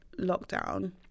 lockdown